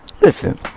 listen